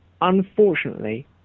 Unfortunately